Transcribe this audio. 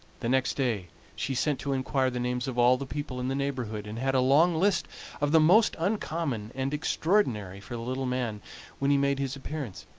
the next day she sent to inquire the names of all the people in the neighborhood, and had a long list of the most uncommon and extraordinary for the little man when he made his appearance.